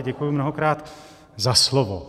Děkuji mnohokrát za slovo.